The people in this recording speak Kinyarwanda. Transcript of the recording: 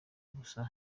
gusa